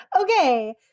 Okay